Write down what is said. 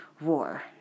war